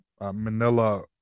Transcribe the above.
Manila